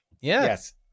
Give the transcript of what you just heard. Yes